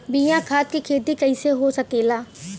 बिना खाद के खेती कइसे हो सकेला?